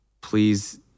please